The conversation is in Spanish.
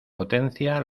potencia